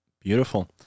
Beautiful